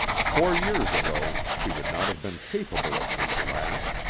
four years ago she would not have been capable of this laugh,